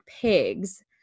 pigs